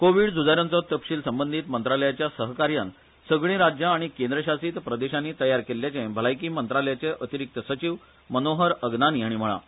कोवीड झुजा यांचो तपशील संबंदीत मंत्रालयाच्या सहकार्यान सगळीं राज्यां आनी केंद्रशासीत प्रदेशांनी तयार केल्ल्याचें भलायकी मंत्रालयाचे अतिरिक्त सचीव मनोहर अगनी हांणी म्हळां